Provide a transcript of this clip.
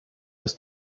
was